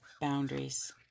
Boundaries